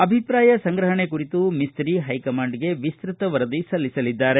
ಅಭಿಪ್ರಾಯ ಸಂಗ್ರಹಣೆ ಕುರಿತು ಮಿಸ್ತಿ ಹೈಕಮಾಂಡ್ಗೆ ವಿಸ್ತೃತ ವರದಿ ಸಲ್ಲಿಸಲಿದ್ದಾರೆ